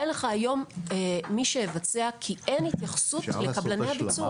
אין לך היום מי שיבצע כי אין התייחסות לקבלני הביצוע.